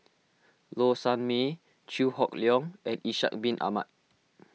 Low Sanmay Chew Hock Leong and Ishak Bin Ahmad